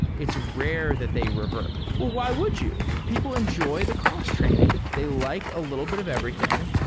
it's rare that they revert. why would you? people enjoy the cross-training. they like a little bit of everything.